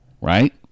right